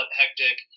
hectic